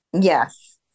Yes